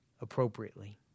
appropriately